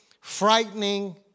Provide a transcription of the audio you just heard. frightening